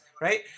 right